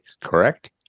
correct